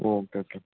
oh okay okay